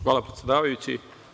Hvala, predsedavajući.